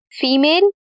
female